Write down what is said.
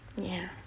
yah